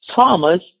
Thomas